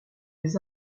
des